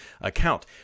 account